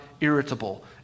irritable